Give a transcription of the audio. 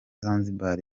zanzibar